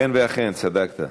אכן ואכן, צדקת.